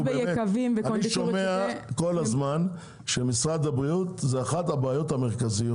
אני שומע כל הזמן שמשרד הבריאות הוא אחד החסמים העיקריים.